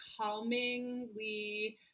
calmingly